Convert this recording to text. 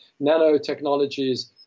nanotechnologies